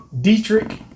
Dietrich